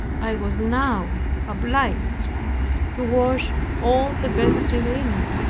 i was now obliged to wash all the vestry linen.